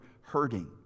hurting